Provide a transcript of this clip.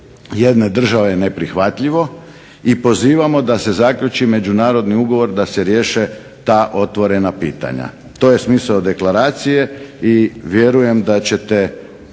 jedne države neprihvatljivo i pozivamo da se zaključi međunarodni ugovor da se riješe ta otvorena pitanja. To je smisao deklaracije i vjerujem da ćete